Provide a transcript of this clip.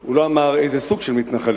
הוא לא אמר איזה סוג של מתנחלים,